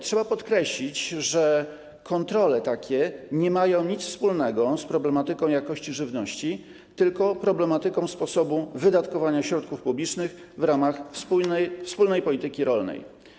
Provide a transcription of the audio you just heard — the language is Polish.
Trzeba podkreślić, że kontrole takie nie mają nic wspólnego z problematyką jakości żywności, dotyczą tylko problematyki sposobu wydatkowania środków publicznych w ramach wspólnej polityki rolnej.